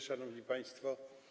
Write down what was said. Szanowni Państwo!